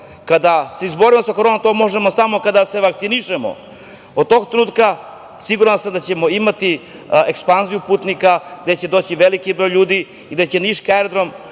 kad se izborimo sa koronom, a to možemo samo kada se vakcinišemo, od tog trenutka siguran sam da ćemo imati ekspanziju putnika, gde će doći veliki broj ljudi i gde će niški aerodrom